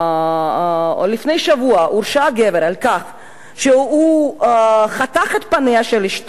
לפני שבוע הורשע גבר שחתך את פניה של אשתו,